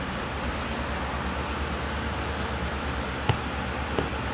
B_Y_O_B B_Y_O_B stands for bring your own bag like uh